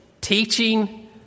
Teaching